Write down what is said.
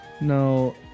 No